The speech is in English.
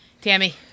Tammy